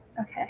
okay